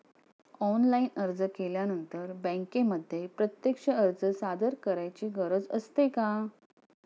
Online अर्ज केल्यानंतर बँकेमध्ये प्रत्यक्ष अर्ज सादर करायची गरज असते का?